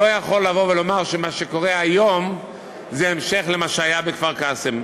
לא יכול לבוא ולומר שמה שקורה היום זה המשך למה שהיה בכפר-קאסם.